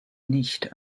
nicht